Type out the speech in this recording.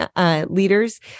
leaders